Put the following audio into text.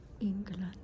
England